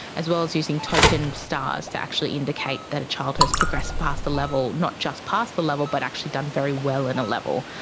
as well as using token stars to actually indicate that a child has progressed past a level, not just passed the level but actually done very well in a level.